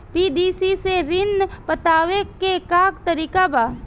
PDC से ऋण पटावे के का तरीका ह?